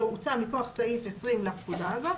בית הוא אותו צו שהוצא מכוח סעיף 20 לפקודה הזאת.